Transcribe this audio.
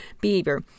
behavior